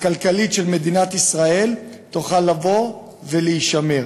הכלכלית של מדינת ישראל תוכל לבוא ולהישמר.